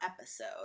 episode